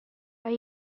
are